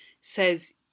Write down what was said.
says